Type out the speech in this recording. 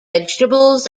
vegetables